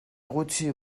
gutxi